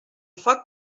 foc